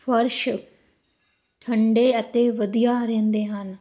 ਫਰਸ਼ ਠੰਡੇ ਅਤੇ ਵਧੀਆ ਰਹਿੰਦੇ ਹਨ